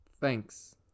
Thanks